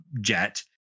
jet